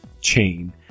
chain